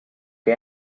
que